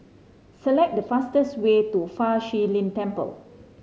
select the fastest way to Fa Shi Lin Temple